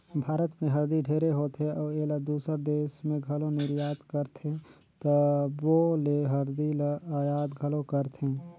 भारत में हरदी ढेरे होथे अउ एला दूसर देस में घलो निरयात करथे तबो ले हरदी ल अयात घलो करथें